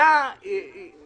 היום כן.